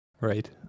right